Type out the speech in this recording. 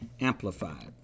amplified